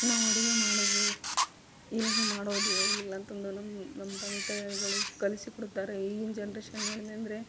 ನಾವು ಅಡುಗೆ ಮಾಡೋದು ಹೇಗೆ ಮಾಡೋದು ಹೇಗಿಲ್ಲ ಅಂತ ಅಂದು ನಮ್ಮ ನಮ್ಮ ತಂದೆ ತಾಯಿಗಳು ಕಲಿಸಿ ಕೊಡುತ್ತಾರೆ ಈಗಿನ ಜನ್ರೇಷನ್ ನೋಡಿದೆನೆಂದ್ರೆ